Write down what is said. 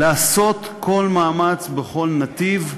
לעשות כל מאמץ, בכל נתיב,